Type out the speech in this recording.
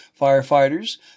firefighters